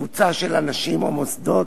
קבוצה של אנשים או מוסדות,